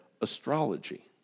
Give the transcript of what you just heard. astrology